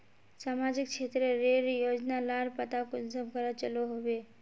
सामाजिक क्षेत्र रेर योजना लार पता कुंसम करे चलो होबे?